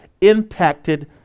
impacted